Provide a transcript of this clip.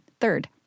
Third